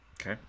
Okay